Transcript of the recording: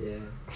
ya